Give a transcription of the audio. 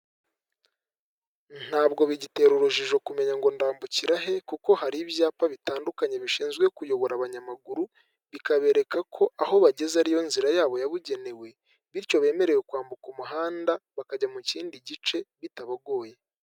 Ntabwo bigitera urujijo kumenya ngo ndambukira he, kuko hari ibyapa bitandukanye bishinzwe kuyobora abanyamaguru, bikabereka ko aho bageze ari yo nzira yabo yabugenewe, bityo bemerewe kwambuka umuhanda, bakajya mu kindi gice bitabagoye.